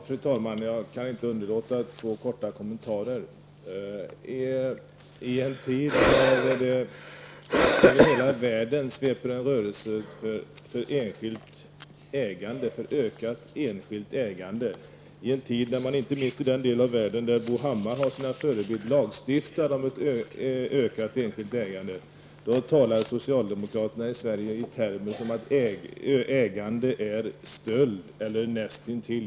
Fru talman! Jag kan inte underlåta att göra två korta kommentarer. I en tid när det över hela världen sveper en rörelse för ökat enskilt ägande, när man inte minst i den del av världen där Bo Hammar har sina förebilder lagstiftar om ett ökat enskilt ägande, då talar socialdemokraterna i Sverige i termer som att ägande är stöld eller näst intill.